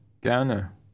gerne